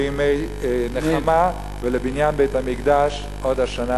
לימי נחמה ולבניין בית-המקדש עוד השנה,